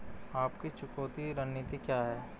आपकी चुकौती रणनीति क्या है?